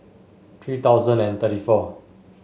three thousand and thirty four